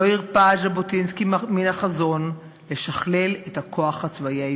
לא הרפה ז'בוטינסקי מן החזון של שכלול הכוח הצבאי העברי.